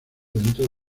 dentro